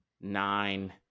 nine